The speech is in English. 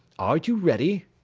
are you ready?